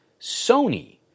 Sony